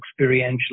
experientially